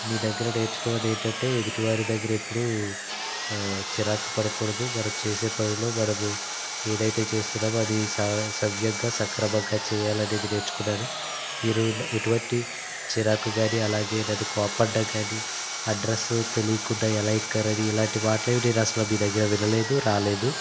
మీ దగ్గర నేర్చుకున్నదేంటంటే ఎదుటివారి దగ్గర ఎప్పుడూ చిరాకు పడకూడదు మనం చేసే పనిలో మనము ఏదైతే చేస్తున్నామో అది స సవ్యంగా సక్రమంగా చేయాలనేది నేర్చుకున్నాను మీరు ఎటువంటి చిరాకు కానీ అలాగే నన్ను కోపడ్డం కానీ అడ్రస్సు తెలియకుండా ఎలా ఎక్కారని ఇలాంటి మాట్లేమీ నేను అసలు మీ దగ్గర వినలేదు రాలేదు